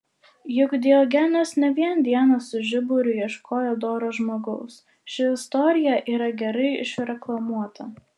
juk diogenas ne vien dieną su žiburiu ieškojo doro žmogaus ši istorija yra gerai išreklamuota